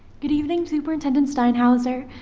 good evening superintendent steinhauser,